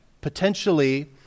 Potentially